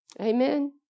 Amen